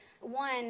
One